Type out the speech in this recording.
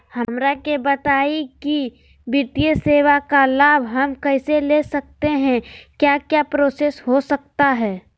हमरा के बताइए की वित्तीय सेवा का लाभ हम कैसे ले सकते हैं क्या क्या प्रोसेस हो सकता है?